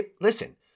Listen